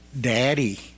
Daddy